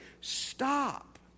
stop